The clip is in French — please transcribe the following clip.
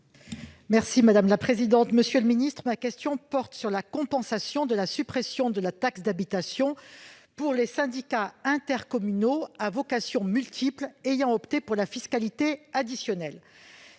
des comptes publics. Monsieur le ministre, ma question porte sur la compensation de la suppression de la taxe d'habitation pour les syndicats intercommunaux à vocation multiple (Sivom) ayant opté pour la fiscalité additionnelle.